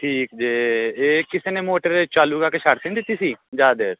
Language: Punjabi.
ਠੀਕ ਜੇ ਇਹ ਕਿਸੇ ਨੇ ਮੋਟਰ ਚਾਲੂ ਕਰਕੇ ਛੱਡ ਤਾਂ ਨਹੀਂ ਦਿੱਤੀ ਸੀ ਜ਼ਿਆਦਾ ਦੇਰ